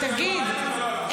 תגיד,